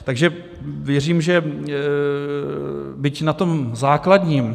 Takže věřím, že byť na tom základním...